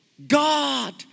God